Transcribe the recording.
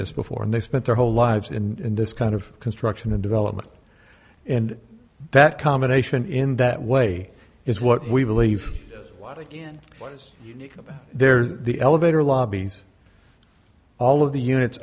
this before and they spent their whole lives in this kind of construction and development and that combination in that way is what we believe while i was there the elevator lobbies all of the units